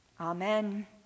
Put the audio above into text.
Amen